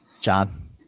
John